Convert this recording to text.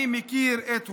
אני מכיר את הוריו,